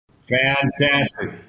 Fantastic